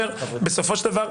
בסופו של דבר,